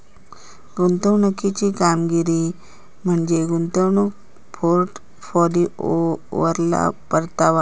गुंतवणुकीची कामगिरी म्हणजे गुंतवणूक पोर्टफोलिओवरलो परतावा